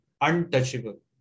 untouchable